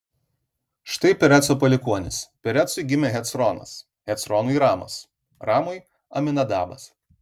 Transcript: štai pereco palikuonys perecui gimė hecronas hecronui ramas ramui aminadabas